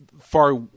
far